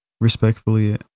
respectfully